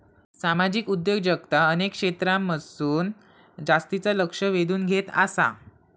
सामाजिक उद्योजकता अनेक क्षेत्रांमधसून जास्तीचा लक्ष वेधून घेत आसा